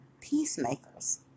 peacemakers